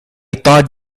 thought